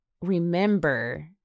Remember